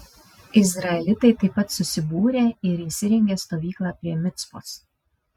izraelitai taip pat susibūrė ir įsirengė stovyklą prie micpos